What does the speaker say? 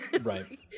Right